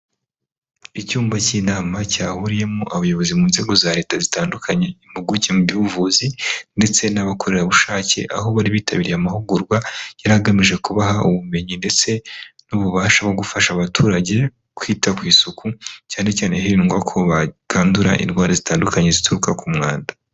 Icyumba cy'inama cyahuriyemo abayobozi mu nzego za leta zitandukanye, impuguke mu by'ubuvuzi ndetse n'abakorerabushake, aho bari bitabiriye amahugurwa yari agamije kubaha ubumenyi ndetse n'ububasha bwo gufasha abaturage, kwita ku isuku, cyane cyane hirindwa ko bakandura indwara zitandukanye zituruka ku mwanda.